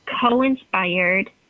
co-inspired